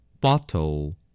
Bottle